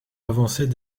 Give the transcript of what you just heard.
avançait